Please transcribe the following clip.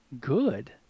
good